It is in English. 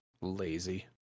lazy